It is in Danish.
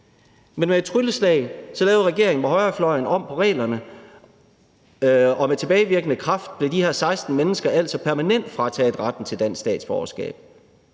Men med et trylleslag lavede regeringen med højrefløjen om på reglerne, og med tilbagevirkende kraft blev de her 16 mennesker altså permanent frataget retten til dansk statsborgerskab.